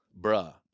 Bruh